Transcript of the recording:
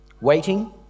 waiting